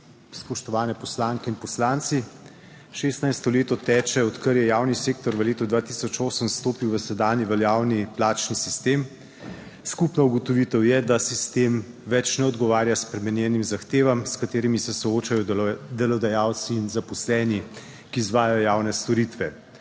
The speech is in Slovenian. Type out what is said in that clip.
spoštovane poslanke in poslanci! Šestnajsto leto teče, odkar je javni sektor v letu 2008 vstopil v sedanji veljavni plačni sistem. Skupna ugotovitev je, da sistem več ne odgovarja spremenjenim zahtevam, s katerimi se soočajo delodajalci in zaposleni, ki izvajajo javne storitve.